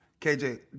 KJ